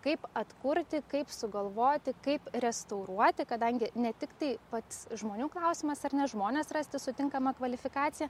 kaip atkurti kaip sugalvoti kaip restauruoti kadangi ne tiktai pats žmonių klausimas ar ne žmones rasti su tinkama kvalifikacija